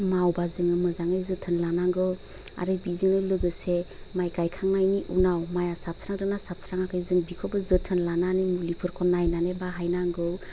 मावबा जोङो मोजाङै जोथोन लानांगौ आरो बिजोंनो लोगोसे माय गायखांनायनि उनाव माया साबस्रांदोंना साबस्राङाखै जों बिखौबो जोथोन लानानै मुलिफोरखौ नायनानै बाहायनांगौ